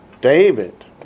David